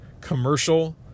commercial